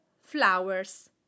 flowers